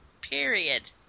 period